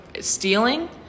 Stealing